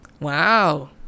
Wow